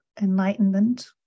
enlightenment